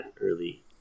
early